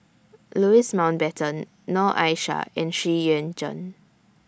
Louis Mountbatten Noor Aishah and Xu Yuan Zhen